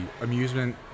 amusement